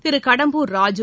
Thiru Kadambur Raju